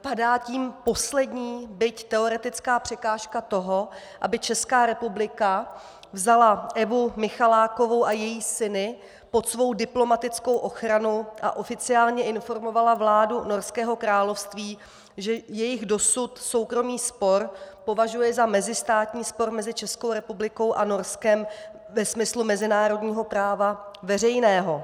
Padá tím poslední, byť teoretická překážka toho, aby Česká republika vzala Evu Michalákovou a její syny pod svou diplomatickou ochranu a oficiálně informovala vládu Norského království, že jejich dosud soukromý spor považuje za mezistátní spor mezi Českou republikou a Norskem ve smyslu mezinárodního práva veřejného.